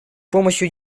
помощью